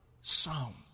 sound